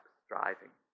striving